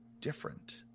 different